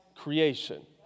creation